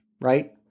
right